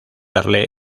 darle